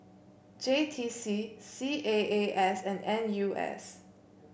J T C C A A S and N U S